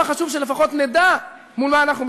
חשוב שלפחות נדע מול מה אנחנו מתמודדים: